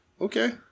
Okay